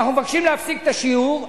אנחנו מבקשים להפסיק את השיעור,